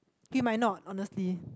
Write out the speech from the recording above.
he might not honestly